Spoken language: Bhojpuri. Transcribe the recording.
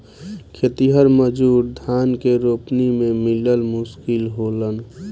खेतिहर मजूर धान के रोपनी में मिलल मुश्किल होलन